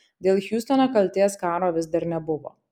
dėl hiustono kaltės karo vis dar nebuvo